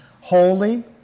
holy